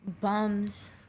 bums